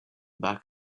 back